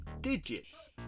digits